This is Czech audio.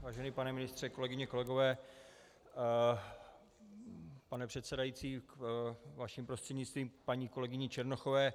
Vážený pane ministře, kolegyně, kolegové, pane předsedající, vaším prostřednictvím k paní kolegyni Černochové.